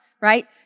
right